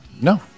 No